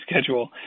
schedule